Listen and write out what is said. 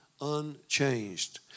unchanged